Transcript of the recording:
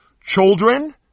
children